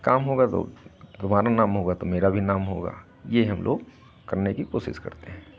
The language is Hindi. काम होगा तो तुम्हारा नाम होगा तो मेरा भी नाम होगा ये हम लोग करने की कोशिश करते हैं